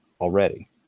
already